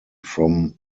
from